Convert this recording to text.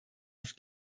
auf